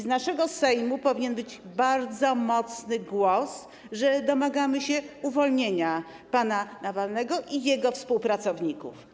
Z naszego Sejmu powinien wyjść bardzo mocny głos, że domagamy się uwolnienia pana Nawalnego i jego współpracowników.